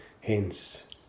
Hence